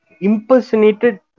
impersonated